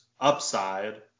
upside